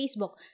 Facebook